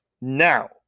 Now